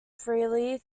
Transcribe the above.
freely